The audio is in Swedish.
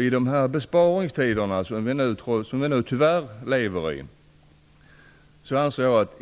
I de besparingstider som vi nu, tyvärr, lever i anser jag att